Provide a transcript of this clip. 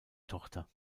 tochter